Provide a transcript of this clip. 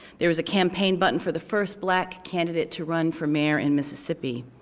there was a campaign button for the first black candidate to run for mayor in mississippi,